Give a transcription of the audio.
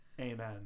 Amen